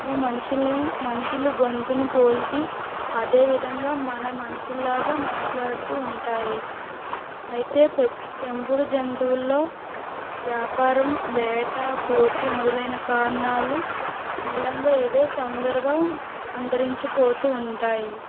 ఇవి మనుషులని మనుషుల గొంతుని పోల్చి అదేవిధంగా మన మనుషుల్లాగా మాట్లాడుతూ ఉంటాయి అయితే పెం పెంపుడు జంతువులలో వ్యాపారం వేట పోటీ మొదలైన కారణాల మూలంగా ఇవే తొందరగా అంతరించిపోతూ ఉంటాయి